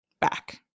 back